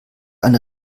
eine